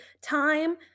time